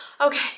okay